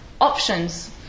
options